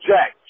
Jack